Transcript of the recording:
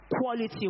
quality